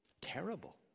terrible